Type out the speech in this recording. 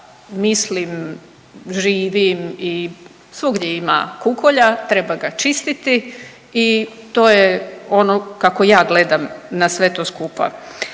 mislim, živim i svugdje ima kukolja, treba ga čistiti i to je ono kako ja gledam na sve to skupa.